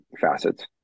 facets